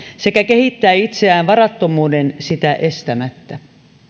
sekä kehittää itseään varattomuuden sitä estämättä